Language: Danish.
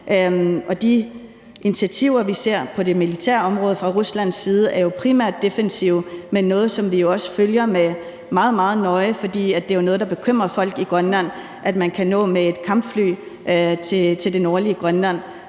De initiativer, vi ser på det militære område fra Ruslands side, er jo primært defensive, men noget, som vi jo også følger meget, meget nøje; for det er jo noget, der bekymrer folk i Grønland, at man med et kampfly kan nå det nordlige Grønland.